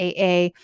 AA